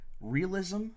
realism